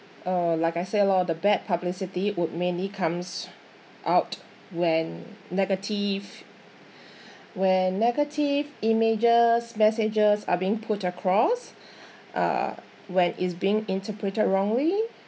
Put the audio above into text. uh like I say lor the bad publicity would mainly comes out when negative when negative images messages are being put across uh when it's being interpreted wrongly